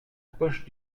poche